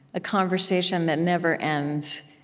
a conversation that never ends,